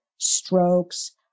strokes